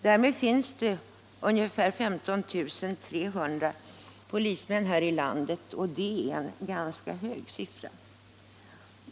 Därmed finns det ungefär 15 300 polismän här i landet, och det är en ganska hög siffra.